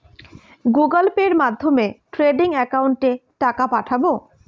Google পের মাধ্যমে trading একাউন্টে টাকা পাঠাবো?